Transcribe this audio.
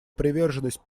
приверженность